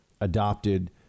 adopted